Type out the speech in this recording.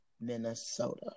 Minnesota